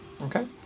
Okay